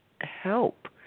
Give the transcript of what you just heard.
help